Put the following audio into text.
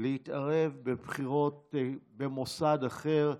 להתערב בבחירות במוסד אחר.